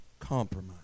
compromise